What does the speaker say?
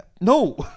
No